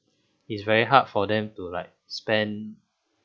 it's very hard for them to like spend